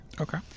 Okay